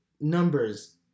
numbers